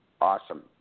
awesome